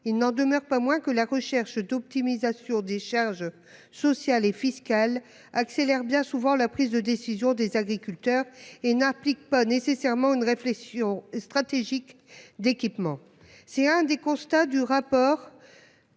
il n'en demeure pas moins que la recherche d'optimisation des charges sociales et fiscales accélère bien souvent la prise de décision des agriculteurs et n'applique pas nécessairement une réflexion stratégique d'équipements. C'est un des constats du rapport.